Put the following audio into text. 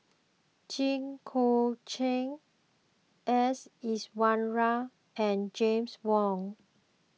Jit Koon Ch'ng S Iswaran and James Wong